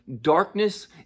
Darkness